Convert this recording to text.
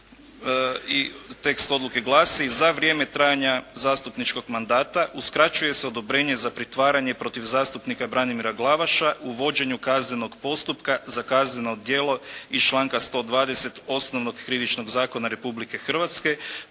Tekst odluke glasi: "Za vrijeme trajanja zastupničkog mandata uskraćuje se odobrenje za pritvaranje protiv zastupnika Branimira Glavaša u vođenju kaznenog postupka za kazneno djelo iz članka 120. Osnovnog krivičnog zakona Republike Hrvatske